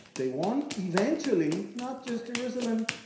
they want, eventually, not just jerusalem.